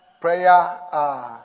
prayer